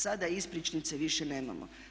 Sada ispričnice više nemamo.